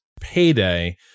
Payday